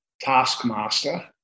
taskmaster